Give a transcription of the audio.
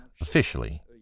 officially